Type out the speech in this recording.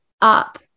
up